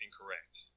incorrect